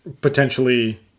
potentially